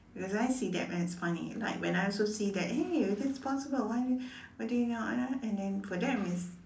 cause I see that as funny like when I also see that hey that's possible why why are they not uh and then for them it's